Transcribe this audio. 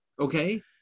Okay